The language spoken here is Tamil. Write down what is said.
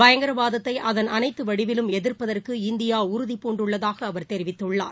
பயங்கரவாதத்தை அதன் அனைத்து வடிவிலும் எதிர்ப்பதற்கு இந்தியா உறுதிபூண்டுள்ளதாக அவர் தெரிவித்துள்ளார்